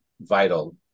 vital